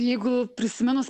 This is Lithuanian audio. jeigu prisiminus